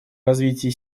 развитии